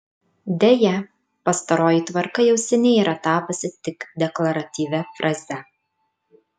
deja pastaroji tvarka jau seniai yra tapusi tik deklaratyvia fraze